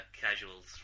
casuals